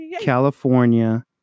California